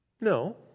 No